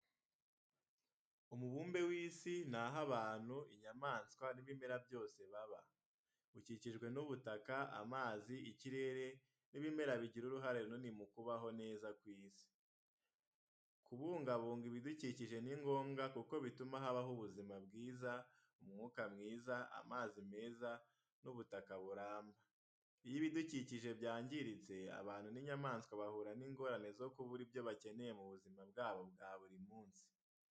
Umubumbe w’isi ni aho abantu, inyamaswa n’ibimera byose baba. Ukikijwe n’ubutaka, amazi, ikirere n’ibimera bigira uruhare runini mu kubaho neza kw’isi. Kubungabunga ibidukikije ni ngombwa kuko bituma habaho ubuzima bwiza, umwuka mwiza, amazi meza n’ubutaka buramba. Iyo ibidukikije byangiritse, abantu n’inyamaswa bahura n’ingorane zo kubura ibyo bakeneye mu buzima bwabo bwa buri munsi.